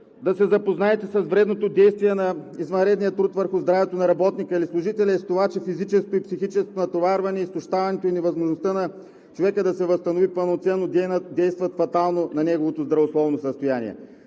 да се запознаете с вредното действие на извънредния труд върху здравето на работника или служителя и с това, че физическото и психическото натоварване, изтощаването и невъзможността на човека да се възстанови пълноценно действат фатално на неговото здравословно състояние?